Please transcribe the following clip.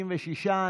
56,